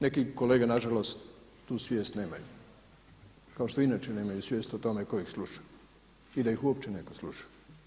Neki kolege na žalost tu svijest nemaju, kao što inače nemaju svijest o tome tko ih sluša i da ih uopće netko sluša.